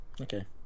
Okay